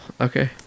Okay